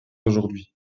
aujourd’hui